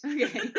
Okay